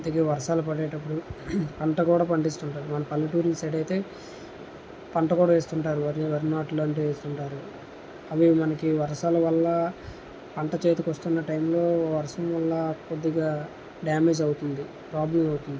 అందుకే వర్షాలు పడేటప్పుడు పంట కూడా పండిస్తుంటారు మన పల్లెటూర్ల సైడ్ అయితే పంట కూడా వేస్తుంటారు వరి వరి నాట్లు లాంటివి వేస్తుంటారు అవి మనకి వర్షాలు వల్ల పంట చేతికి వస్తున్న టైంలో వర్షం వల్ల కొద్దిగా డ్యామేజ్ అవుతుంది ప్రాబ్లం అవుతుంది